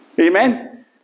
Amen